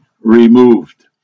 removed